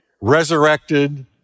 resurrected